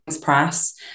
Press